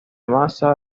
maza